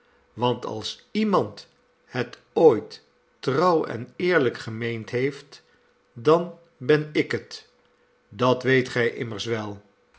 want als iemand het ooit trouw en eerlijk gemeend heeft dan ben ik het dat weet gij immers vel